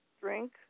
drink